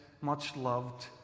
much-loved